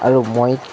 আৰু মই